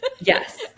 Yes